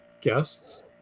guests